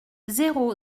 zéro